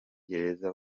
gereza